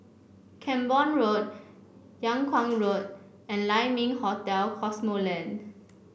Camborne Road Yung Kuang Road and Lai Ming Hotel Cosmoland